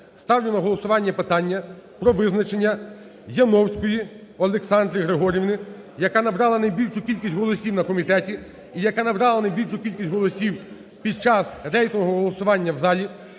ставлю на голосування питання про визначення Яновської Олександри Григорівни, яка набрала найбільшу кількість голосів на комітеті і яка набрала найбільшу кількість голосів під час рейтингового голосування в залі,